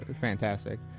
fantastic